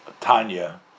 Tanya